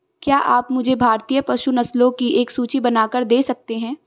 क्या आप मुझे भारतीय पशु नस्लों की एक सूची बनाकर दे सकते हैं?